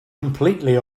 completely